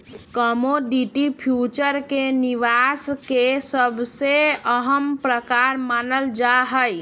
commodity future के निवेश के सबसे अहम प्रकार मानल जाहई